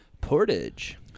Portage